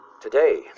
Today